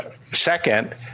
second